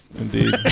Indeed